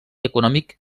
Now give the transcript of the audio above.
econòmic